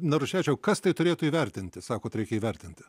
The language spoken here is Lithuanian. naruševičiau kas tai turėtų įvertinti sakot reikia įvertinti